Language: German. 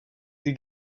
sie